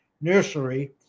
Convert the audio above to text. nursery